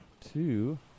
two